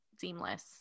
Seamless